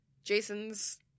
Jason's